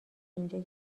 اینجا